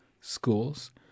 schools